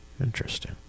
Interesting